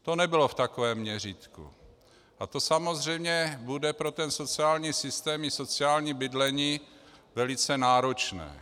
To nebylo v takovém měřítku a to samozřejmě bude pro sociální systém i sociální bydlení velice náročné.